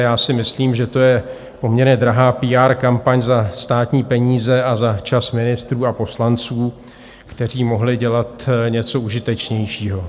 Já si myslím, že to je poměrně drahá PR kampaň za státní peníze a za čas ministrů a poslanců, kteří mohli dělat něco užitečnějšího.